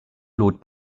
lot